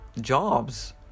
jobs